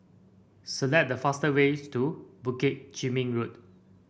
select the fast ways to Bukit Chermin Road